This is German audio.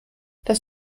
das